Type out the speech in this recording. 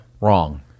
wrong